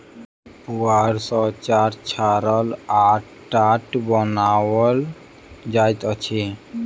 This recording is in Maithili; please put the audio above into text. पुआर सॅ चार छाड़ल आ टाट बनाओल जाइत अछि